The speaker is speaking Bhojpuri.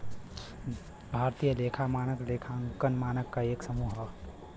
भारतीय लेखा मानक लेखांकन मानक क एक समूह हौ